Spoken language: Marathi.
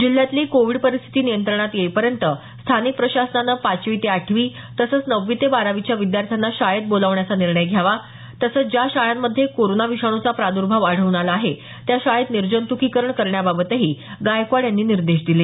जिल्ह्यातली कोविड परिस्थिती नियंत्रणात येईपर्यंत स्थानिक प्रशासनानं पाचवी ते आठवी तसंच नववी ते बारावीच्या विद्यार्थ्यांना शाळेत बोलावण्याचा निर्णय घ्यावा तसंच ज्या शाळांमध्ये कोरोना विषाणूचा प्रादुर्भाव आढळून आला आहे त्या शाळेत निर्जंतुकीकरण करण्याबाबतही गायकवाड यांनी निर्देश दिले